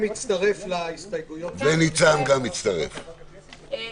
האטרקציות, המסעדות, על פי התו